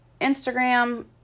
Instagram